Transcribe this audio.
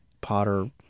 Potter